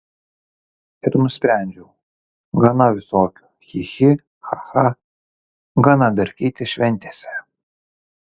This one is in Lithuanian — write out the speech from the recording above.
ir nusprendžiau gana visokių chi chi cha cha gana darkytis šventėse